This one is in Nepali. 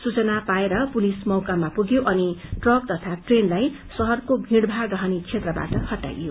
सूचरा पाएर पुलिस मौकामा पुग्यो अनि ट्रक तथा ट्रेनलाई शहरको भीड़भाड़ रहने क्षेत्रबाट हटाइयो